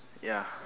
ya